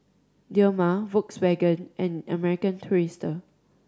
Dilmah Volkswagen and American Tourister